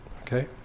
Okay